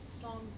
Songs